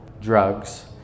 drugs